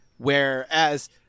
Whereas